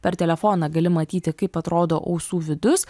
per telefoną gali matyti kaip atrodo ausų vidus